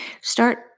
start